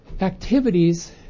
activities